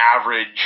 average